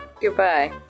Goodbye